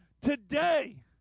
Today